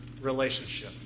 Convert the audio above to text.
relationship